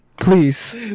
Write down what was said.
Please